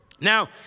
Now